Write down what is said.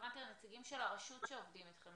התכוונתי לנציגים של הרשות שעובדים איתכם,